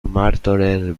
martorell